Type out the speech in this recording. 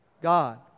God